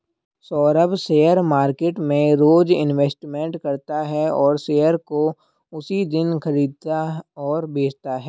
Saurabh share market में रोज investment करता है और शेयर को उसी दिन खरीदता और बेचता है